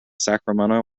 sacramento